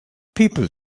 people